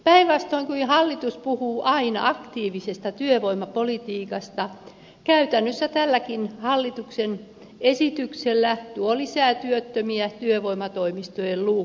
päinvastoin kuin hallitus puhuu aina aktiivisesta työvoimapolitiikasta käytännössä tälläkin hallituksen esityksellä tuodaan lisää työttömiä työvoimatoimistojen luukuille